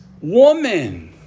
woman